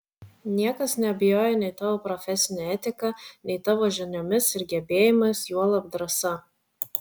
niekas neabejoja nei tavo profesine etika nei tavo žiniomis ir gebėjimais juolab drąsa